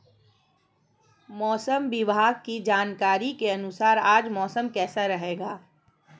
मौसम विभाग की जानकारी के अनुसार आज मौसम कैसा रहेगा?